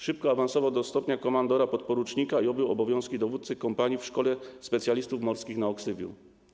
Szybko awansował do stopnia komandora podporucznika i objął obowiązki dowódcy kompanii w Szkole Specjalistów Morskich na Oksywiu.